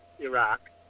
Iraq